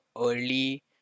early